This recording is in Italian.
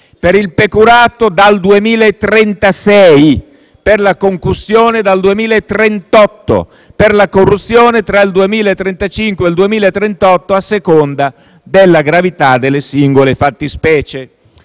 ci saranno dal 2036, per la concussione dal 2038, per la corruzione tra il 2035 e il 2038, a seconda della gravità della singola fattispecie.